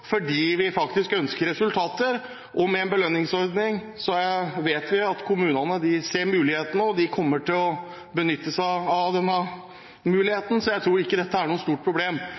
fordi vi ønsker resultater. Med en belønningsordning vet vi at kommunene ser mulighetene, og de kommer til å benytte seg av denne muligheten, så jeg tror ikke dette er noe stort problem.